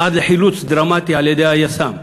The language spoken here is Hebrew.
עד לחילוץ דרמטי על-ידי היס"מ.